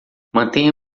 mantenha